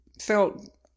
felt